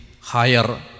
Higher